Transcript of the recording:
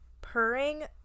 purring